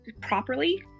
properly